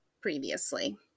previously